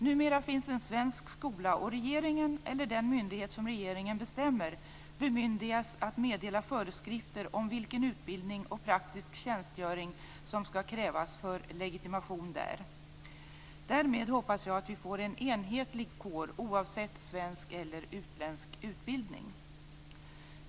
Numera finns en svensk skola, och regeringen, eller den myndighet som regeringen bestämmer, bemyndigas att meddela föreskrifter om vilken utbildning och praktisk tjänstgöring som skall krävas för legitimation där. Därmed hoppas jag att vi får en enhetlig kår, oavsett svensk eller utländsk utbildning.